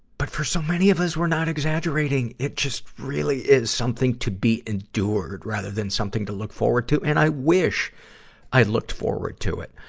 but for so many of us, we're not exaggerating. it just really is something to be endured, rather than something to look forward to. and i wish i looked forward to it.